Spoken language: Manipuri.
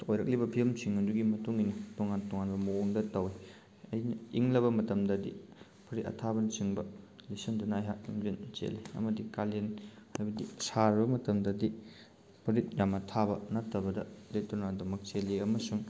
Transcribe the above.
ꯑꯣꯏꯛꯂꯤꯕ ꯐꯤꯕꯝꯁꯤꯡ ꯑꯗꯨꯒꯤ ꯃꯇꯨꯡꯏꯟꯅ ꯇꯣꯉꯥꯟ ꯇꯣꯉꯥꯟꯕ ꯃꯑꯣꯡꯗ ꯇꯧꯋꯤ ꯑꯩꯅ ꯏꯪꯂꯕ ꯃꯇꯝꯗꯗꯤ ꯐꯨꯔꯤꯠ ꯑꯊꯥꯕꯅꯆꯤꯡꯕ ꯂꯤꯠꯁꯟꯗꯨꯅ ꯑꯩꯍꯥꯛ ꯂꯝꯖꯦꯜ ꯆꯦꯜꯂꯤ ꯑꯃꯗꯤ ꯀꯥꯂꯦꯟ ꯍꯥꯏꯕꯗꯤ ꯁꯥꯔꯕ ꯃꯇꯝꯗꯗꯤ ꯐꯨꯔꯤꯠ ꯌꯥꯝꯅ ꯊꯥꯕ ꯅꯠꯇꯕꯗ ꯂꯤꯠꯇꯨꯅ ꯑꯗꯨꯃꯛ ꯆꯦꯜꯂꯤ ꯑꯃꯁꯨꯡ